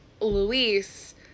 luis